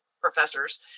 professors